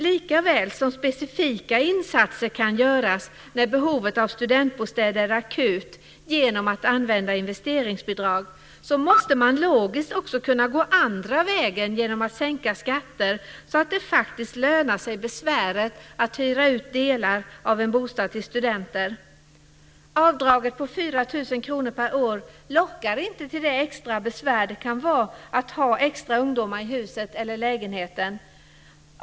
Likaväl som specifika insatser kan göras när behovet av studentbostäder är akut genom att använda investeringsbidrag måste man logiskt också kunna gå andra vägen genom att sänka skatter så att det faktiskt lönar sig besväret att hyra ut delar av en bostad till studenter. Avdraget på 4 000 kr per år lockar inte till det extra besvär det kan vara att ha extra ungdomar i huset eller lägenheten.